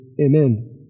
Amen